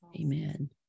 Amen